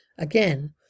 Again